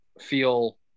feel –